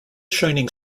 shining